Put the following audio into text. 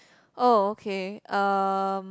oh okay um